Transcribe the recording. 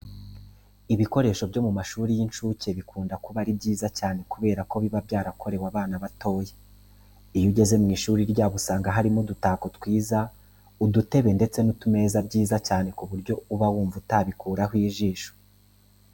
Ibikoresho byo mu mashuri y'inshuke bikunda kuba ari byiza cyane kubera ko biba byarakorewe abana batoya. Iyo ugeze mu ishuri ryabo usanga harimo udutako twiza, udutebe ndetse n'utumeza byiza cyane ku buryo uba wumva utabikuraho ijisho.